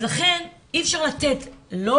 אז לכן אי אפשר לתת לא